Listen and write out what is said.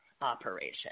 operation